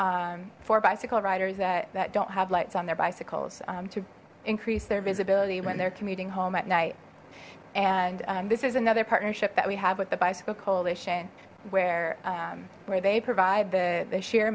for bicycle riders that don't have lights on their bicycles to increase their visibility when they're commuting home at night and this is another partnership that we have with the bicycle coalition where where they provide the the sheer